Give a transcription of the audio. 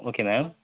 okay ma'am